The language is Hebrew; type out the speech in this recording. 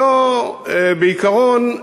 בעיקרון,